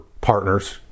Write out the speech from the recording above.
partners